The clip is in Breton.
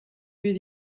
bet